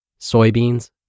soybeans